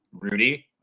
Rudy